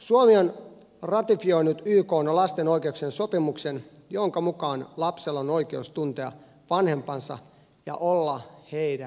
suomi on ratifioinut ykn lapsen oikeuksien sopimuksen jonka mukaan lapsella on oikeus tuntea vanhempansa ja olla heidän hoidettavanaan